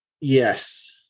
Yes